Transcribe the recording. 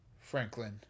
franklin